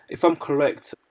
if i'm correct,